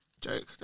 Joke